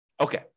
Okay